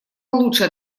лучше